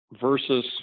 versus